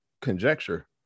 conjecture